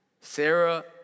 Sarah